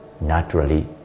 naturally